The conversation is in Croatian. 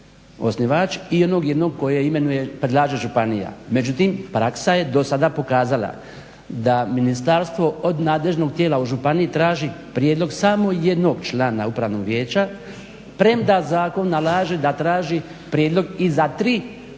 osnivač i onog 1 kojeg imenuje, predlaže županija. Međutim, praksa je dosada pokazala da ministarstvo od nadležnog tijela u županiji traži prijedlog samo jednog člana upravnog vijeća premda zakon nalaže da traži prijedlog i za 3 koji